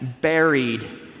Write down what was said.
buried